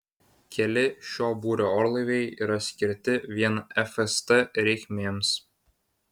keli šio būrio orlaiviai yra skirti vien fst reikmėms